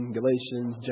Galatians